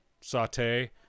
saute